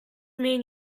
mean